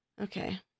Okay